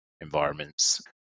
environments